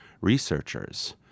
researchers